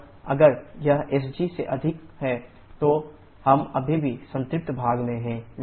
और अगर यह sg से अधिक है तो हम अभी भी संतृप्त भाग में हैं